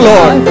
Lord